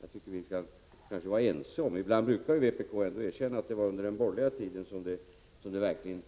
Jag tycker att vi borde kunna vara ense om det. Ibland brukar vpk ändå erkänna att det var under den borgerliga tiden som människor verkligen